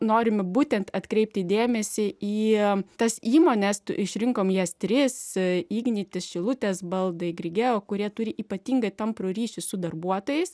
norime būtent atkreipti dėmesį į tas įmones išrinkom jas tris iginitis šilutės baldai grigeo kurie turi ypatingai tamprų ryšį su darbuotojais